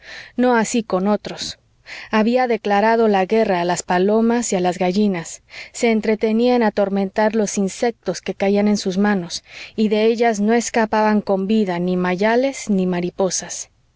no así con otros había declarado la guerra a las palomas y a las gallinas se entretenía en atormentar los insectos que caían en sus manos y de ellas no escapaban con vida ni mayales ni mariposas